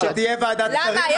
למה?